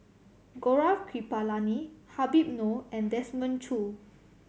Gaurav Kripalani Habib Noh and Desmond Choo